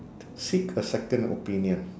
seek a second opinion